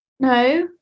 No